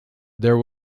there